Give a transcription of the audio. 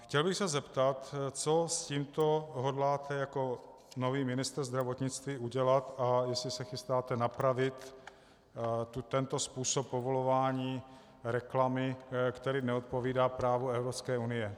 Chtěl bych se zeptat, co s tímto hodláte jako nový ministr zdravotnictví udělat a jestli se chystáte napravit tento způsob povolování reklamy, který neodpovídá právu Evropské unie.